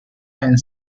and